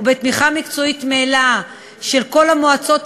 ובתמיכה מקצועית מלאה של כל המועצות הרלוונטיות: